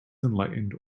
enlightened